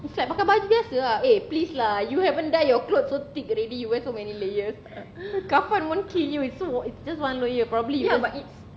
it's like pakai baju biasa ah eh please lah you haven't die your clothes so thick already you wear so many layers kafan won't kill you it's just one layer you probably